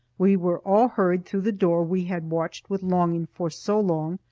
we were all hurried through the door we had watched with longing for so long,